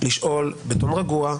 לשאול בטון רגוע,